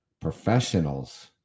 professionals